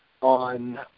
on